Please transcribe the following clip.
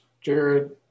Jared